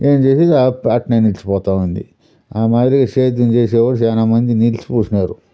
ఏమి చేసేది ఆ అప్పు అట్నే నిలిచిపోతూ ఉంది ఆ మాదిరిగా సేద్యం చేసేవాళ్ళు చాలా మంది నిలిచి పూడ్చినారు